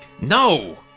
No